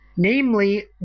Namely